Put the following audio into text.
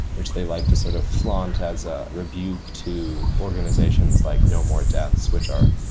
which they like to sort of flaunt as a rebuke to organizations like no more deaths, which are,